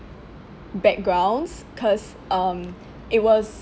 backgrounds cause um it was